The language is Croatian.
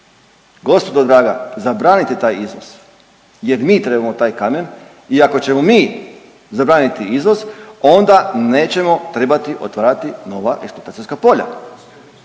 Gospodo draga zabranite taj izvoz jer mi trebamo taj kamen i ako ćemo mi zabraniti izvoz onda nećemo trebati otvarati nova eksploatacijska polja.